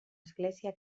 església